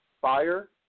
Fire